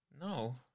No